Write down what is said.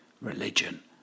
religion